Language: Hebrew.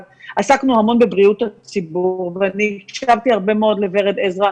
עסקנו המון בבריאות הציבור ואני הקשבתי הרבה מאוד לד"ר ורד עזרא,